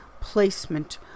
Placement